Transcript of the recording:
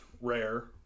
rare